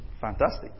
Fantastic